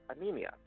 anemia